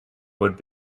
would